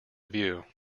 view